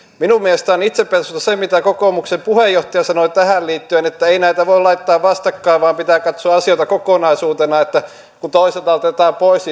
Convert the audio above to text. minun mielestäni on itsepetosta se mitä kokoomuksen puheenjohtaja sanoi tähän liittyen että ei näitä voi laittaa vastakkain vaan pitää katsoa asioita kokonaisuutena että kun toiselta otetaan pois